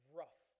rough